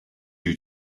you